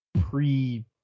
pre